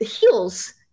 heels